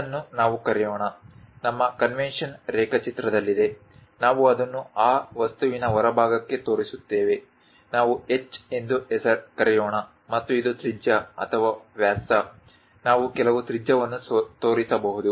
ಇದನ್ನು ನಾವು ಕರೆಯೋಣ ನಮ್ಮ ಕನ್ವೇಷನ್ ರೇಖಾಚಿತ್ರದಲ್ಲಿದೆ ನಾವು ಅದನ್ನು ಆ ವಸ್ತುವಿನ ಹೊರಭಾಗಕ್ಕೆ ತೋರಿಸುತ್ತೇವೆ ನಾವು H ಎಂದು ಕರೆಯೋಣ ಮತ್ತು ಇದು ತ್ರಿಜ್ಯ ಅಥವಾ ವ್ಯಾಸ ನಾವು ಕೆಲವು ತ್ರಿಜ್ಯವನ್ನು ತೋರಿಸಬಹುದು